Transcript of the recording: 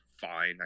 fine